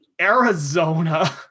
Arizona